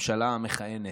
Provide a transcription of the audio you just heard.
שהממשלה מכהנת.